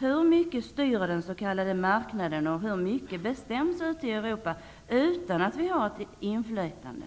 Hur mycket styr den s.k. marknaden och hur mycket bestäms ute i Europa, utan att vi har inflytande?